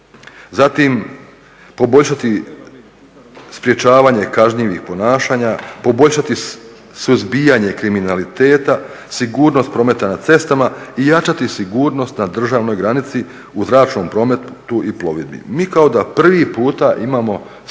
zatim poboljšati sprečavanje kažnjivih ponašanja, poboljšati suzbijanje kriminaliteta, sigurnost prometa na cestama i jačati sigurnost na državnoj granici u zračnom prometu i plovidbi. Mi kao da prvi puta imamo